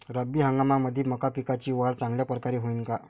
रब्बी हंगामामंदी मका पिकाची वाढ चांगल्या परकारे होईन का?